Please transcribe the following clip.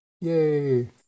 Yay